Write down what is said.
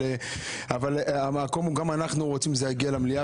גם אנחנו רוצים שזה יגיע למליאה,